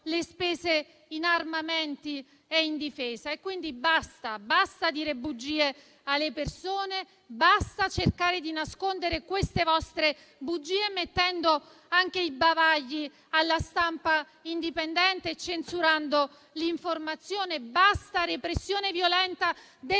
le spese in armamenti e difesa. Quindi, basta: basta dire bugie alle persone; basta cercare di nascondere le vostre bugie mettendo anche i bavagli alla stampa indipendente e censurando l'informazione; basta repressione violenta delle